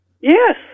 Yes